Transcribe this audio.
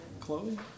Chloe